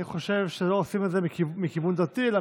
אני חושב שלא עושים את זה מכיוון דתי אלא